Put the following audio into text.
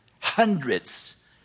Hundreds